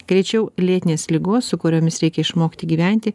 greičiau lėtinės ligos su kuriomis reikia išmokti gyventi